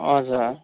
हजुर